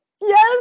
Yes